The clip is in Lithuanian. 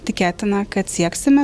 tikėtina kad sieksime